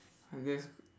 I guess